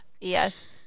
Yes